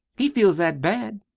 he feels that bad.